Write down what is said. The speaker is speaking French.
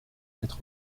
quatre